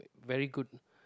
very good